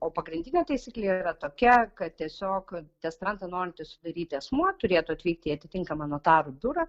o pagrindinė taisyklė yra tokia kad tiesiog testantą norintis sudaryti asmuo turėtų atvykti į atitinkamą notarų biurą